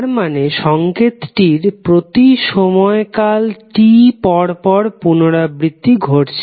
তার মানে সংকেতটির প্রতি সময় কাল T পর পর পুনারাবৃত্তি ঘটছে